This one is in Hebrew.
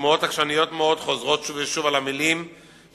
ושמועות עקשניות מאוד חוזרות שוב ושוב על המלים שמפחידות,